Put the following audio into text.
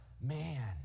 man